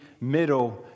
middle